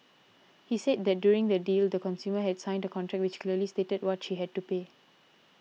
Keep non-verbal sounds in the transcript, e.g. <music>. he said that during the deal the consumer had signed a contract which <noise> clearly stated what she had to pay